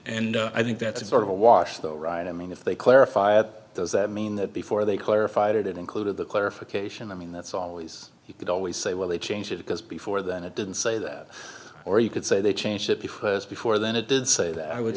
and i think that's sort of a wash though right i mean if they clarify it does that mean that before they clarified it it included the clarification i mean that's always you could always say well they changed it because before then it didn't say that or you could say they changed it because before then it did say that i would